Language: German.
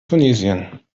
tunesien